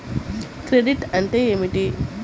Credit అంటే ఏమిటి?